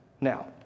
Now